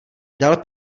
dal